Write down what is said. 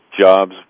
jobs